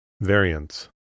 Variants